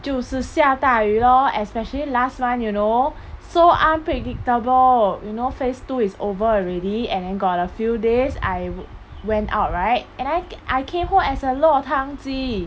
就是下大雨 lor especially last month you know so unpredictable you know phase two is over already and then got a few days I went out right and I I came home as a 落汤鸡